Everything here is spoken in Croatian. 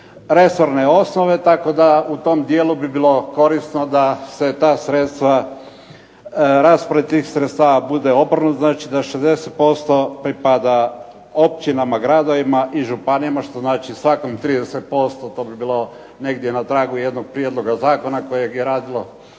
resorne osnove, tako da bi u tom dijelu bilo korisno da se ta sredstva, da raspored tih sredstva bude obrnut. Znači da 60% pripada općinama, gradovima i županijama što znači svakom 30%. To bi bilo negdje na tragu jednog prijedlog zakona kojeg je radilo